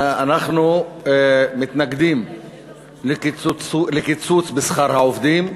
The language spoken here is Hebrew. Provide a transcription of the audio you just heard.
אנחנו מתנגדים לקיצוץ בשכר העובדים.